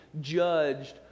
judged